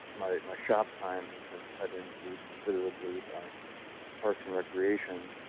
my my shop time has been cut into considerably by parks and recreation